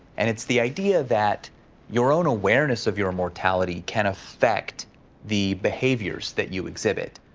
and it's the idea that your own awareness of your mortality can affect the behaviors that you exhibit,